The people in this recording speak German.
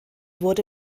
wurde